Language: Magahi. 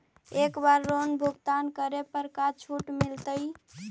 एक बार लोन भुगतान करे पर का छुट मिल तइ?